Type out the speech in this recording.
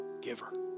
giver